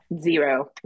Zero